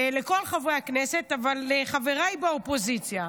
לכל חברי הכנסת, אבל לחבריי באופוזיציה.